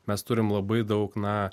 mes turim labai daug na